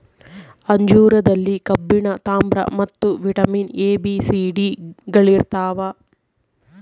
ಅಂಜೂರದಲ್ಲಿ ಕಬ್ಬಿಣ ತಾಮ್ರ ಮತ್ತು vitamin A B C D ಗಳಿರ್ತಾವ